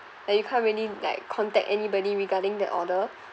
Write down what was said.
then you can't really like contact anybody regarding the order